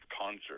concert